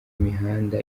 mihanda